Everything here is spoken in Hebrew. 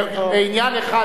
שבעניין אחד יש החלטת ממשלה,